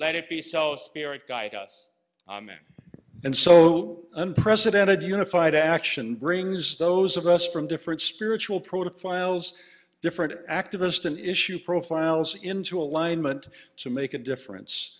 let it be so spirit guides us and so unprecedented unified action brings those of us from different spiritual proto files different activist an issue profiles into alignment to make a difference